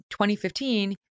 2015